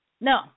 No